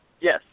Yes